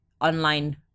online